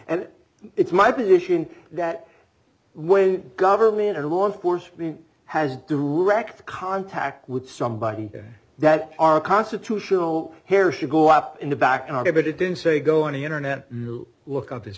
and it's my position that when government and law enforcement has direct contact with somebody that our constitutional hair should go up in the back out of it it didn't say go on the internet look up his